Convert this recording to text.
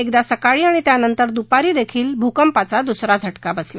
एकदा सकाळी आणि त्यानंतर दुपारी देखील भूकंपाचा दुसरा झटका बसला